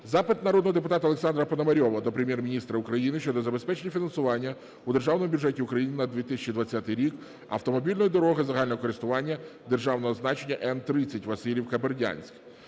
Запит народного депутата Олександра Пономарьова до Прем'єр-міністра України щодо забезпечення фінансування у Державному бюджеті України на 2020 рік автомобільної дороги загального користування державного значення Н-30 Василівка-Бердянськ.